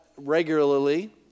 regularly